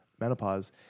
menopause